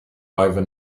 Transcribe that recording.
ivor